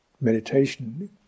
meditation